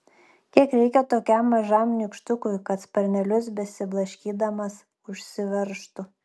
kiek reikia tokiam mažam nykštukui kad sparnelius besiblaškydamas užsiveržtų